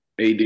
AD